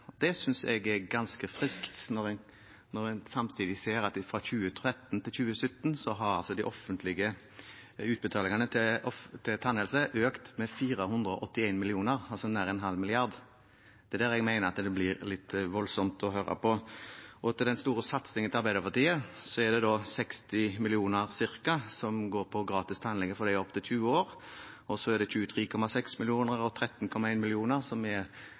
Det synes jeg er ganske friskt, når en samtidig ser at fra 2013 til 2017 har de offentlige utbetalingene til tannhelse økt med 481 mill. kr, altså nær en halv milliard. Det er der jeg mener at det blir litt voldsomt å høre på. Når det gjelder den store satsingen til Arbeiderpartiet, er det da ca. 60 mill. kr som går til gratis tannlege for alle – opp til fylte 20 år. Så er det 23,6 mill. kr og 13,1 mill. kr til det at en ikke vil underregulere takster – det er